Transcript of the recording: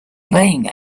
playing